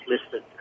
listed